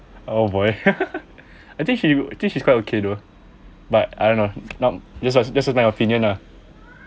oh boy I think she I think she's quite okay though but I don't know not just a just a my opinion lah